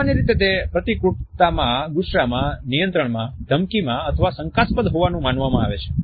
સામાન્ય રીતે તે પ્રતિકૂળતામાં ગુસ્સામાં નિયંત્રણમાંધમકીમાં અથવા શંકાસ્પદ હોવાનું માનવામાં આવે છે